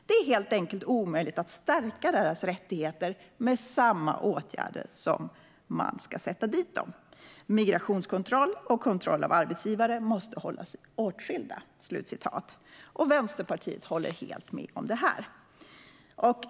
Det är helt enkelt omöjligt att stärka deras rättigheter med samma åtgärder som ska sätta dit dem. Migrationskontrollen och kontrollen av arbetsgivare måste hållas åtskilda." Vänsterpartiet håller helt med om detta.